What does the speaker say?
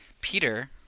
Peter